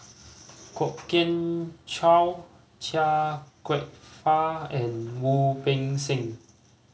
Kwok Kian Chow Chia Kwek Fah and Wu Peng Seng